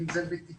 אם זה בתקצוב,